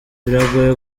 biragoye